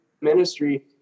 ministry